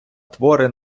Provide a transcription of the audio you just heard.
твори